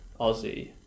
Aussie